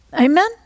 Amen